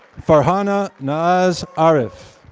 farhana naz arif.